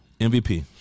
MVP